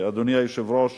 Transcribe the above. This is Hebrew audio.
אדוני היושב-ראש,